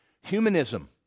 humanism